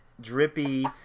Drippy